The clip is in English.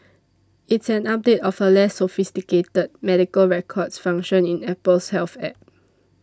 it's an update of a less sophisticated medical records function in Apple's Health App